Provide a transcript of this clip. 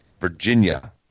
Virginia